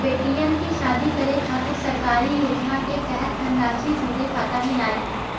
बेटियन के शादी करे के खातिर सरकारी योजना के तहत धनराशि सीधे खाता मे आई?